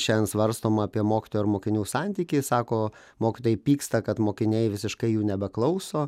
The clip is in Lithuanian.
šiandien svarstom apie mokytojo ir mokinių santykį sako mokytojai pyksta kad mokiniai visiškai jų nebeklauso